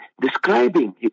describing